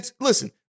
listen